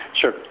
Sure